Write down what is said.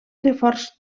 reforç